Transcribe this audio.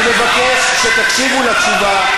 אני מבקש שתקשיבו לתשובה.